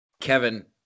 kevin